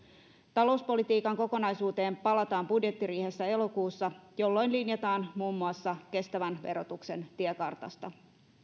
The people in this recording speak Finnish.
talouspolitiikan kokonaisuuteen palataan budjettiriihessä elokuussa jolloin linjataan muun muassa kestävän verotuksen tiekartasta